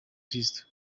kristu